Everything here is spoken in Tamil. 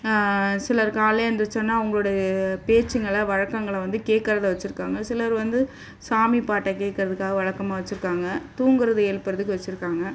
சிலர் காலையிலே எழுந்திரிச்சவொன்னே அவங்களுடைய பேச்சுங்களை வழக்கங்கள வந்து கேட்கறத வச்சுருக்காங்க சிலர் வந்து சாமி பாட்டை கேட்கறதுக்காக வழக்கமாக வச்சுருக்காங்க தூங்குகிறத எழுப்புறதுக்கு வச்சுருக்காங்க